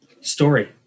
story